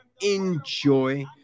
enjoy